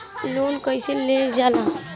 Loan कईसे लेल जाला?